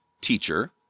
Teacher